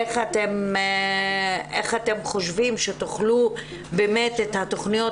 איך אתם חושבים שתוכלו באמת את התוכניות,